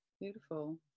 beautiful